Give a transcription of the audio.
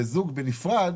וזוג בנפרד,